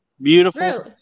beautiful